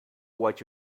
what